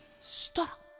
stop